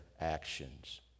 actions